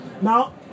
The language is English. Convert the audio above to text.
Now